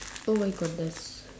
oh my goodness